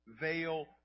veil